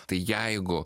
tai jeigu